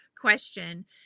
question